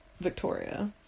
Victoria